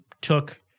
took